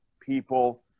people